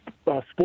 sports